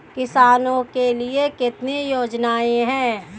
किसानों के लिए कितनी योजनाएं हैं?